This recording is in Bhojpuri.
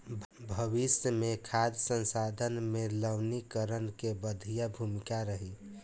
भविष्य मे खाद्य संसाधन में लवणीकरण के बढ़िया भूमिका रही